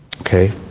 Okay